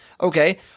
Okay